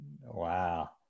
Wow